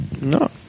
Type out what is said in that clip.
No